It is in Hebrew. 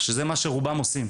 שזה מה שרובם עושים.